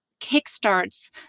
kickstarts